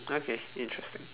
okay interesting